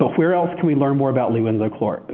where else can we learn more about lee winslow court?